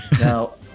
Now